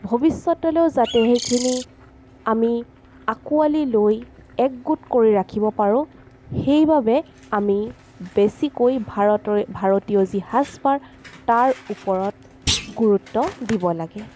ভৱিষ্যতলৈও যাতে সেইখিনি আমি আকোৱালী লৈ একগোট কৰি ৰাখিব পাৰো সেইবাবে আমি বেছিকৈ ভাৰতৰ ভাৰতীয় যি সাজপাৰ তাৰ ওপৰত গুৰুত্ব দিব লাগে